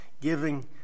giving